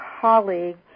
colleague